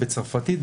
בצרפתית,